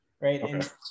right